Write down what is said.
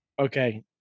Okay